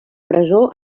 presó